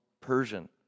Persian